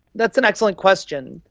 that's an excellent question.